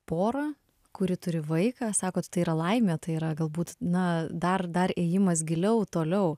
porą kuri turi vaiką sakot tai yra laimė tai yra galbūt na dar dar ėjimas giliau toliau